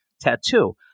tattoo